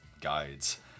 guides